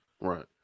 Right